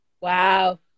Wow